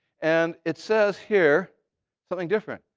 and it says here something different.